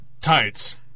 tights